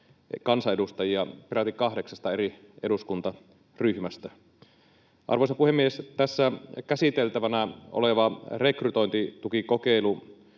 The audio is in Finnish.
kansanedustajia peräti kahdeksasta eri eduskuntaryhmästä. Arvoisa puhemies! Tässä käsiteltävänä olevassa rekrytointitukikokeilussa